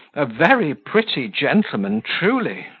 a very pretty gentleman, truly!